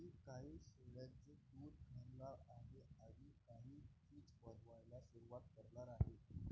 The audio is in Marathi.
मी काही शेळ्यांचे दूध घालणार आहे आणि काही चीज बनवायला सुरुवात करणार आहे